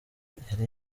yari